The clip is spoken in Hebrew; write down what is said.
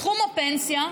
תחום הפנסיה,